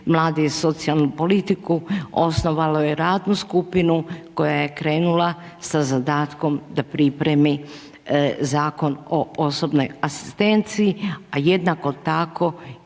mlade i socijalnu politiku osnovalo radnu skupinu koja je krenula sa zadatkom da pripremi Zakon o osobnoj asistenciji a jednako tako